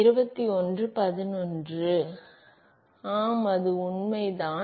மாணவர் ஆம் அது உண்மைதான்